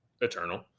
Eternal